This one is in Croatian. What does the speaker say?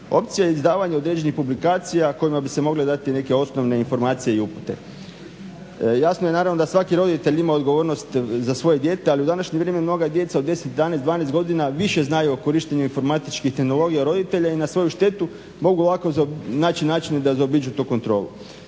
Opcija izdavanja određenih publikacija kojima bi se mogle dati neke osnovne informacije i upute. Jasno je naravno da svaki roditelj ima odgovornost za svoje dijete, ali u današnje vrijeme mnoga djeca od 10, 11, 12 godina više znaju o korištenju informatičkih terminologija od roditelja i na svoju štetu mogu lako naći načina da zaobiđu tu kontrolu.